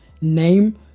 name